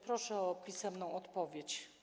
Proszę o pisemną odpowiedź.